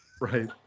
Right